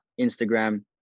instagram